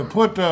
put